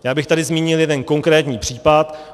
Já bych tady zmínil jeden konkrétní případ.